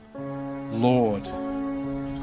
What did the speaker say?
lord